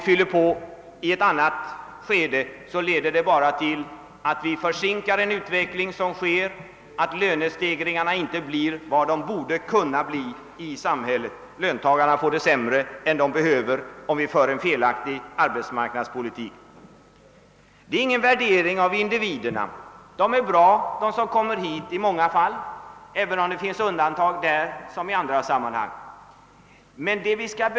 Sker det i ett annat läge leder det bara till en försening av utvecklingen, så att lönestegringarna inte blir vad de borde. Löntagarna får det sämre än nödvändigt, om vi för en fel aktig arbetsmarknadspolitik. Det är ingen värdering av individerna. De som kommer hit är i många fall bra, även om det här som i andra sammanhang finns undantag.